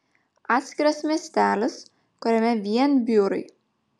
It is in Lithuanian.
atskiras miestelis kuriame vien biurai